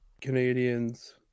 Canadians